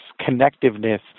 connectiveness